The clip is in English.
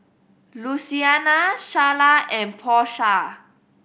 Luciana Sharla and Porsha